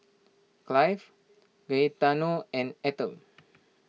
Cleve Gaetano and Ethyl